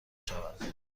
شود